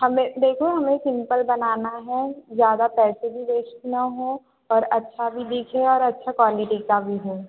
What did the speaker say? हमें देखो हमें सिंपल बनाना है जादा पैसे भी वेश्ट ना हों और अच्छा भी दिखे और अच्छे क्वांलीटी का भी हो